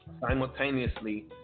simultaneously